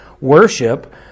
worship